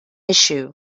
issue